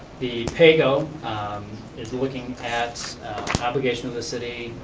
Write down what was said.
the pay-go is looking at obligations of the city,